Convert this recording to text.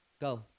Go